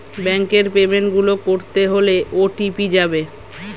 ব্যাংকের পেমেন্ট গুলো করতে হলে ও.টি.পি যাবে